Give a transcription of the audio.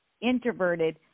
introverted